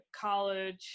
college